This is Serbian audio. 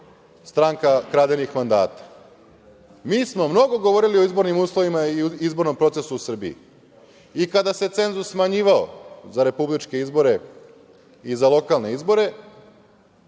stranka kradenih mandata. Mi smo mnogo govorili o izbornim uslovima i izbornom procesu u Srbiji i kada se cenzus smanjivao za republičke izbore i za lokalne izbore